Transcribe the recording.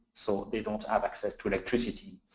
so they don't have access to electricity.